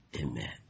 Amen